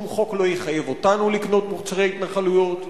שום חוק לא יחייב אותנו לקנות מוצרי התנחלויות.